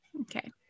okay